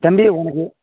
தம்பி உனக்கு